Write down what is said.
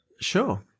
Sure